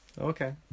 okay